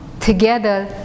together